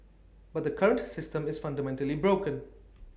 but the current system is fundamentally broken